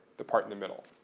the part in the middle.